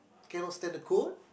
cannot stand the cold